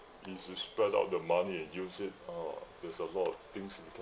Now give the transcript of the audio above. if you spread out the money and use it ah there's a lot of things you can